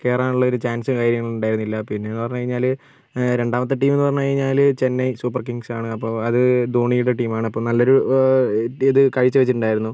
കയറാനുള്ള ഒരു ചാൻസ് കാര്യങ്ങളുണ്ടായിരുന്നില്ല പിന്നെ എന്ന് പറഞ്ഞു കഴിഞ്ഞാൽ രണ്ടാമത്തെ ടീം എന്ന് പറഞ്ഞു കഴിഞ്ഞാൽ ചെന്നൈ സൂപ്പർ കിംഗ്സ് ആണ് അപ്പോൾ അത് ധോണിയുടെ ടീമാണ് അപ്പോൾ നല്ലൊരു ഇത് കാഴ്ചവെച്ചിട്ടുണ്ടായിരുന്നു